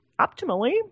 optimally